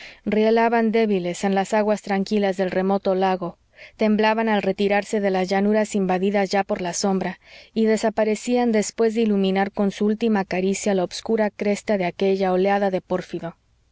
rielaban débiles en las aguas tranquilas del remoto lago temblaban al retirarse de las llanuras invadidas ya por la sombra y desaparecían después de iluminar con su última caricia la obscura cresta de aquella oleada de pórfido